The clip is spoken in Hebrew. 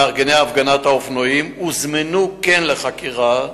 מארגני הפגנת האופנוענים הוזמנו לחקירה,